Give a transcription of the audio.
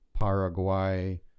Paraguay